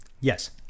Yes